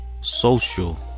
social